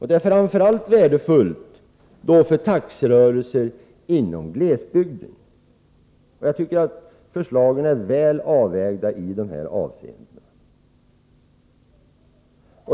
Det är framför allt värdefullt för taxirörelser inom glesbygden. Jag tycker att förslagen är väl avvägda i dessa avseenden.